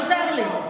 מה נותר לי?